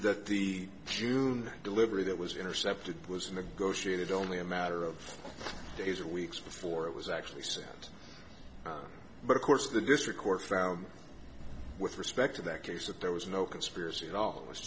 that the june delivery that was intercepted was in the go sheeted only a matter of days or weeks before it was actually sent but of course the district court found with respect to that case that there was no conspiracy at all it